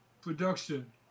Production